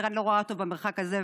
תראה, אני לא רואה טוב במרחק הזה,